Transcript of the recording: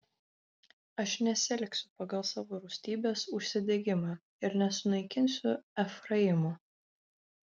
aš nesielgsiu pagal savo rūstybės užsidegimą ir nesunaikinsiu efraimo